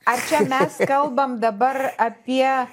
ar čia mes kalbam dabar apie